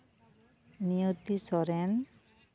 Niyoti Soren